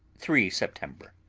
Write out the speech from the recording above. three september.